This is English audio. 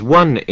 one